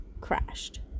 crashed